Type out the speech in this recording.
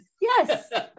Yes